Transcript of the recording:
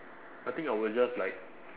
I think I was just like